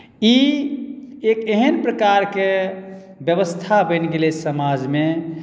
ई एक एहन प्रकारके व्यवस्था बनि गेलै समाजमे